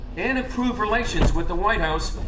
and improved relations with the white house,